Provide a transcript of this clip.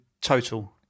total